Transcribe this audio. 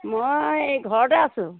মই এই ঘৰতে আছো